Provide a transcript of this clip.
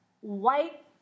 white